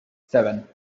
seven